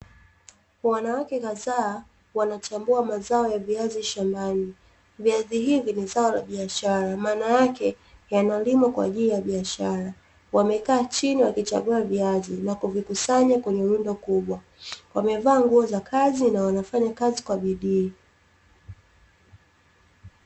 Wanawake kadhaa wanachambua mazao ya viazi shambani. Viazi hivi ni zao la biashara, maana yake yanalimwa kwa ajili ya biashara. Wamekaa chini wakichagua viazi, na kuvikusanya kwenye rundo kubwa wamevaa nguo za kazi na wanafanya kazi kwa bidii.